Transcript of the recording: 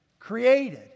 Created